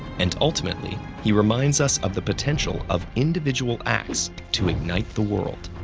and ultimately, he reminds us of the potential of individual acts to ignite the world.